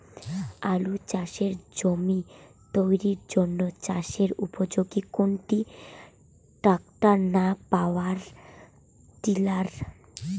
আলু চাষের জমি তৈরির জন্য চাষের উপযোগী কোনটি ট্রাক্টর না পাওয়ার টিলার?